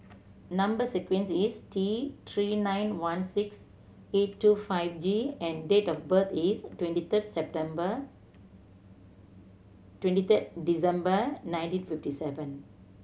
number sequence is T Three nine one six eight two five G and date of birth is twenty third September twenty third December nineteen fifty seven